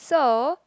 so